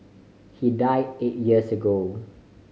he died eight years later